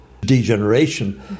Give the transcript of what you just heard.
degeneration